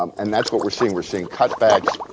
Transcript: um and that's what we're seeing. we're seeing cutbacks.